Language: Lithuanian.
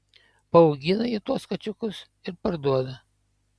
paaugina ji tuos kačiukus ir parduoda